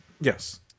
Yes